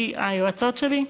היועצות שלי,